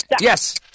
Yes